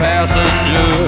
passenger